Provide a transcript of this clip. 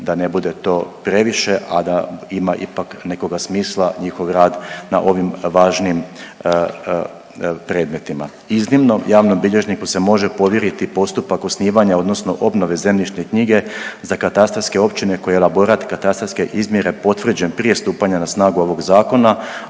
da ne bude to previše, a da ima ipak nekoga smisla njihov rad na ovim važnim predmetima. Iznimno, javnom bilježniku se može povjeriti postupak osnivanja odnosno obnove zemljišne knjige za katastarske općine koje elaborat katastarske izmjere potvrđen prije stupanja na snagu ovog Zakona,